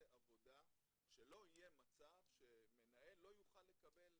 עבודה שלא יהיה מצב שמנהל לא יוכל לקבל,